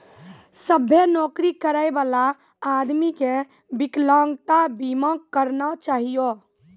सभ्भे नौकरी करै बला आदमी के बिकलांगता बीमा करना चाहियो